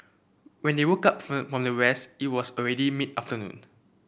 when they woke up from their rest it was already mid afternoon